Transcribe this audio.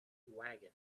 wagon